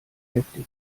heftig